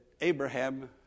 Abraham